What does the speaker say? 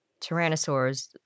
Tyrannosaurs